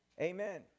Amen